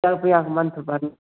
दस हज़ार मन्थ पर